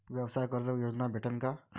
व्यवसाय कर्ज योजना भेटेन का?